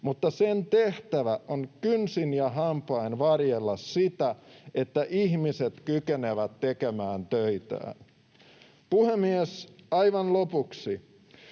mutta sen tehtävä on kynsin ja hampain varjella sitä, että ihmiset kykenevät tekemään töitään. Puhemies! Aivan lopuksi: